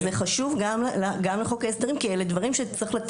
וזה חשוב גם לחוק ההסדרים כי אלה דברים שצריכים,